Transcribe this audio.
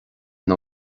ina